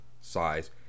size